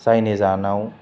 जायनि जाहोनाव